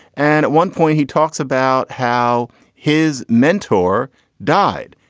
and at one point, he talks about how his mentor died.